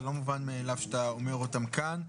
לא מובן מאליו שאתה אומר אותם כאן.